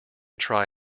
try